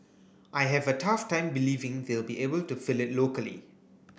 I have a tough time believing they'll be able to fill it locally